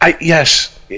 Yes